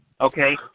Okay